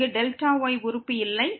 இங்கு Δy உறுப்பு இல்லை